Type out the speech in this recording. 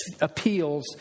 appeals